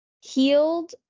healed